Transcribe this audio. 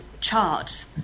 chart